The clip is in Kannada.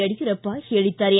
ಯಡಿಯೂರಪ್ಪ ಹೇಳಿದ್ದಾರೆ